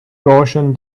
gaussian